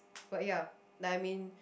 but ya then I mean